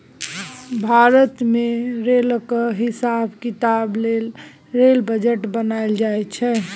भारत मे रेलक हिसाब किताब लेल रेल बजट बनाएल जाइ छै